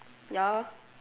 ya